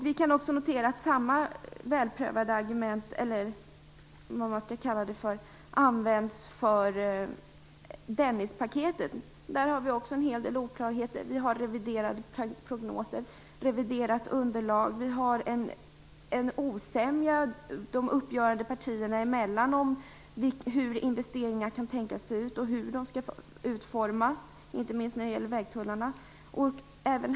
Vi kan notera att samma välbeprövade argument - eller vad man skall kalla det för - används för Dennispaketet. Där har vi också en hel del oklarheter. Vi har reviderade prognoser och reviderat underlag. Vi har en osämja de uppgörande partierna emellan om hur investeringarna kan tänkas se ut och hur de skall utformas, inte minst när det gäller vägtunnlarna.